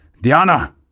Diana